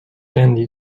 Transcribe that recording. candies